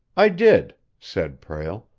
i did, said prale.